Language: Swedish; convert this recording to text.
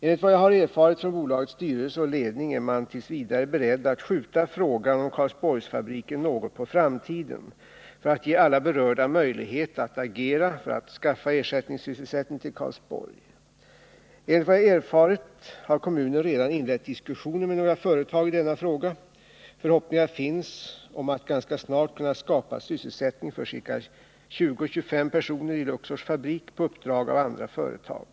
Enligt vad jag har erfarit från bolagets styrelse och ledning är man t. v. beredd att skjuta frågan om Karlsborgsfabriken något på framtiden för att ge alla berörda möjlighet att agera för att skaffa ersättningssysselsättning till Nr 26 Karlsborg. Jag har också erfarit att kommunen redan har inlett diskussioner Måndagen den med några företag i denna fråga. Förhoppningar finns om att ganska snart 12 november 1979 kunna skapa sysselsättning för ca 20-25 personer i Luxors fabrik på uppdrag av andra företag.